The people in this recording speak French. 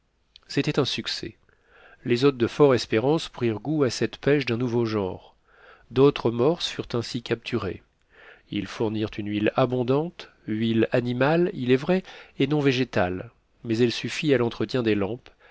c'était un succès les hôtes du fort espérance prirent goût à cette pêche d'un nouveau genre d'autres morses furent ainsi capturés ils fournirent une huile abondante huile animale il est vrai et non végétale mais elle suffit à l'entretien des lampes